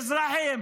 מזרחים,